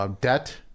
Debt